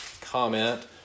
comment